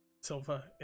Silva